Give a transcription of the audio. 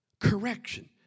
Correction